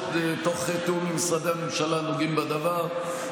תוך תיאום עם משרדי הממשלה הנוגעים בדבר,